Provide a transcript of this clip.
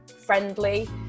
friendly